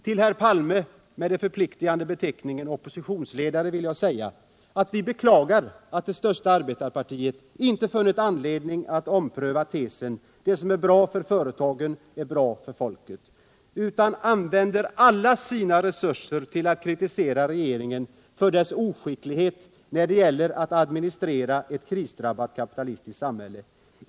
Till herr Palme, med den förpliktande beteckningen oppositionsledare, vill jag säga att vi beklagar att det största arbetarpartiet inte funnit anledning att ompröva tesen ”det som är bra för företagen är bra för folket” utan använder alla sina resurser till att kritisera regeringen för dess oskicklighet när det gäller att administrera ett krisdrabbat kapitalistiskt samhälle.